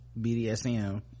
bdsm